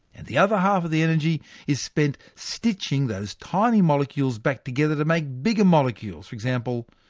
and the other half of the energy is spent stitching those tiny molecules back together to make bigger molecules, for example,